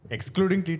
Excluding